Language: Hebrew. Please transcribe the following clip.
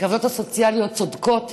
כי העובדות הסוציאליות צודקות.